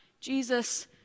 Jesus